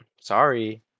Sorry